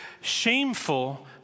shameful